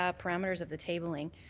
ah parameters of the tailing.